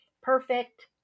perfect